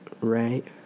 Right